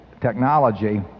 technology